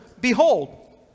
behold